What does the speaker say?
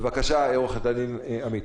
בבקשה, עורכת הדין עמית.